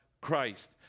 Christ